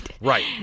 Right